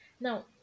now